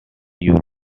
you